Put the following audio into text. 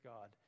God